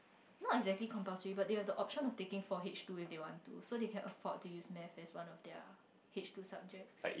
not exactly compulsory but they have the option of taking four H two if they want to so they can afford to use maths as one of their H two subjects